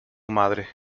madre